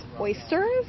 oysters